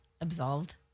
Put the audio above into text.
absolved